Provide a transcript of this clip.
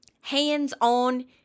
hands-on